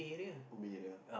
Ubi there